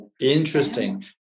Interesting